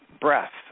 breath